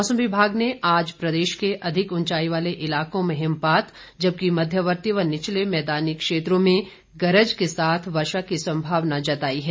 मौसम विभाग ने आज प्रदेश के अधिक ऊंचाई वाले इलाकों में हिमपात जबकि मध्यवर्ती व निचले मैदानी क्षेत्रों में गरज के साथ वर्षा की संभावना जताई है